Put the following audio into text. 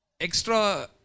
extra